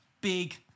big